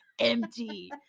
empty